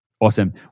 Awesome